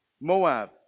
Moab